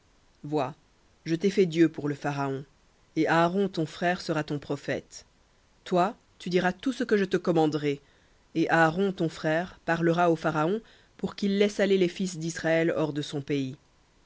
vois je t'ai fait dieu pour le pharaon et aaron ton frère sera ton prophète toi tu diras tout ce que je te commanderai et aaron ton frère parlera au pharaon pour qu'il laisse aller les fils d'israël hors de son pays